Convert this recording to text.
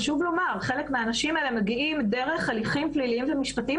חלק מהאנשים האלה מגיעים דרך הליכים פליליים ומשפטיים,